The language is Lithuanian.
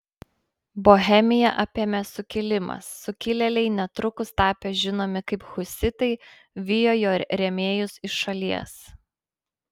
bohemiją apėmė sukilimas sukilėliai netrukus tapę žinomi kaip husitai vijo jo rėmėjus iš šalies